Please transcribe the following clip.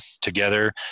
together